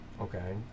okay